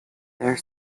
their